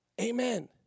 Amen